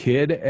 Kid